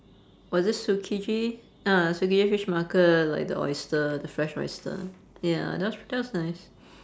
was it tsukiji uh tsukiji fish market like the oyster the fresh oyster ya that was pr~ that was nice